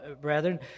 brethren